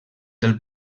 del